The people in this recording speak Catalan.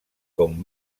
com